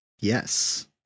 Yes